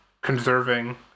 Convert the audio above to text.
conserving